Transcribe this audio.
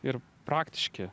ir praktiški